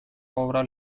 obra